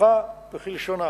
כרוחה וכלשונה.